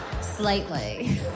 Slightly